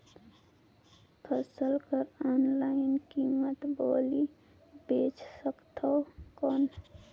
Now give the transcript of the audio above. फसल कर ऑनलाइन कीमत बोली बेच सकथव कौन?